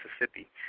Mississippi